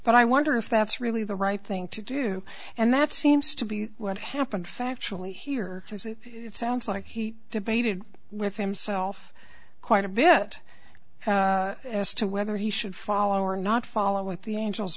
but i wonder if that's really the right thing to do and that seems to be what happened factually here because it sounds like he debated with himself quite a bit as to whether he should follow or not follow with the angels